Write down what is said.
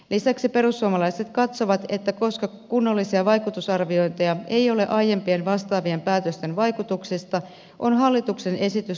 lisäksi perussuomalaiset katsovat että koska kunnollisia vaikutusarviointeja ei ole aiempien vastaavien päätösten vaikutuksista on hallituksen esitys vastuuton